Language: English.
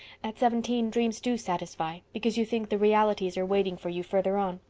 at seventeen dreams do satisfy because you think the realities are waiting for you further on.